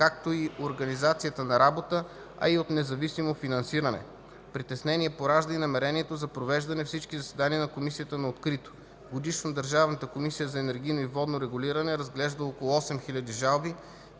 както и организацията на работа, а и от независимо финансиране. Притеснение поражда и намерението за провеждане на всички заседания на Комисията открито. Годишно Държавната комисия за енергийно и водно регулиране разглежда около 8000 жалби